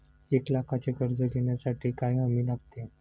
एक लाखाचे कर्ज घेण्यासाठी काय हमी लागते?